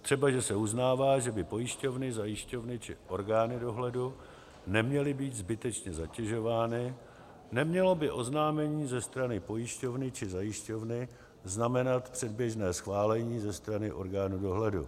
Třebaže se uznává, že by pojišťovny, zajišťovny či orgány dohledu neměly být zbytečně zatěžovány, nemělo by oznámení ze strany pojišťovny či zajišťovny znamenat předběžné schválení ze strany orgánu dohledu.